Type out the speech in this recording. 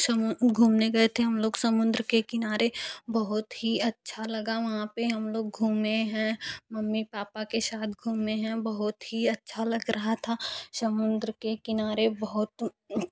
को घूमने गए थे हम लोग समुद्र के किनारे बहुत ही अच्छा लगा वहाँ पे हम लोग घूमे हैं मम्मी पापा के साथ घूमे हैं बहुत ही अच्छा लग रहा था समुद्र के किनारे बहुत